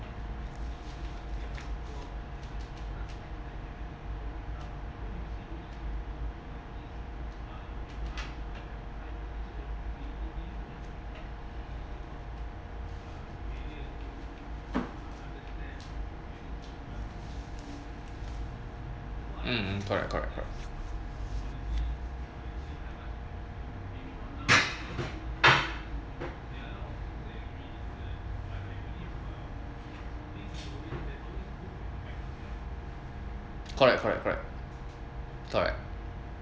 um correct correct correct correcct correct correct correct